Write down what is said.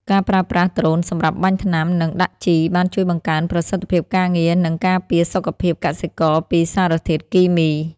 ការប្រើប្រាស់ដ្រូនសម្រាប់បាញ់ថ្នាំ និងដាក់ជី បានជួយបង្កើនប្រសិទ្ធភាពការងារ និងការពារសុខភាពកសិករពីសារធាតុគីមី។